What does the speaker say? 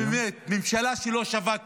ממשלה שלא שווה כלום,